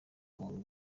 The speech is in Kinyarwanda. umuntu